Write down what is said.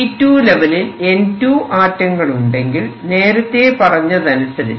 E2 ലെവലിൽ N2 ആറ്റങ്ങൾ ഉണ്ടെങ്കിൽ നേരത്തെ പറഞ്ഞതനുസരിച്ച്